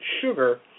sugar